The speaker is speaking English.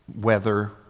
weather